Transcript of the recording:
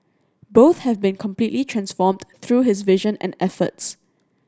both have been completely transformed through his vision and efforts